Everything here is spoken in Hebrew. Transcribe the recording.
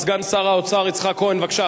סגן שר האוצר יצחק כהן, בבקשה.